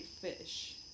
fish